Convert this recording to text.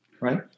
right